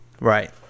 Right